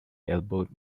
elbowed